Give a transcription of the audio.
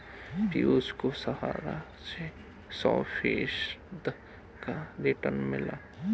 पियूष को सहारा से सौ फीसद का रिटर्न मिला है